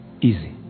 easy